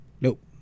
nope